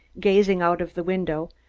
gazing out of the window,